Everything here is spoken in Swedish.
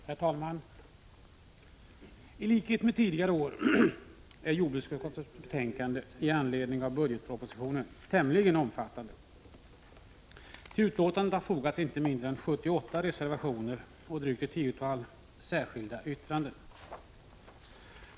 Herr talman! I likhet med tidigare år är jordbruksutskottets betänkande i anledning av budgetpropositionen tämligen omfattande. Till utlåtandet har fogats inte mindre än 78 reservationer och ett tiotal särskilda yttranden.